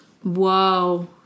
Whoa